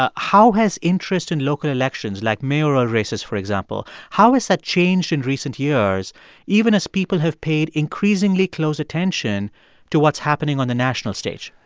ah how has interest in local elections, like mayoral races, for example how has that changed in recent years even as people have paid increasingly close attention to what's happening on the national stage?